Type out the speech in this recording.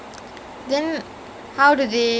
ya so அந்த மாதிரி:antha maathiri all the villian